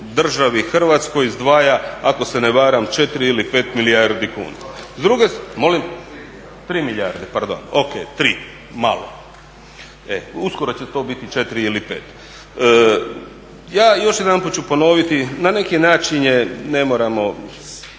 državi Hrvatskoj izdvaja, ako se ne varam 4 ili 5 milijardi kuna. … /Upadica se ne razumije./ … Molim? 3 milijarde pardon, ok 3, malo. Uskoro će to biti 4 ili 5. Ja, još jedanput ću ponoviti, na neki način ne moramo